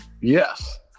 Yes